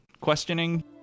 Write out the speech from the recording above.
questioning